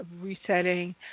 resetting